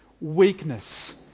weakness